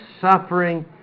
suffering